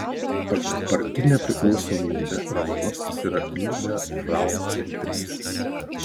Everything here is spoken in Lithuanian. pagal partinę priklausomybę romanovskis yra liberalcentristas